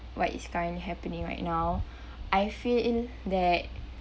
what is currently happening right now I feel that